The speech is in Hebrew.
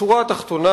השורה התחתונה: